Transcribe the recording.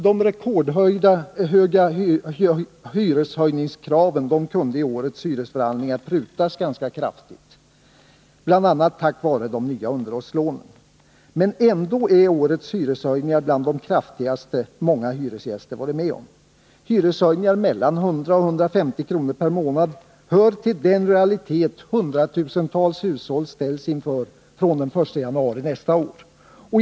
De rekordhöga hyreshöjningskraven kunde i årets hyresförhandlingar prutas ganska kraftigt, bl.a. tack vare de nya underhållslånen. Ändå är årets hyreshöjningar bland de kraftigaste många hyresgäster varit med om. Hyreshöjningar med mellan 100 och 150 kr. per månad hör till den realitet hundratusentals hushåll ställs inför från den 1 januari nästa år.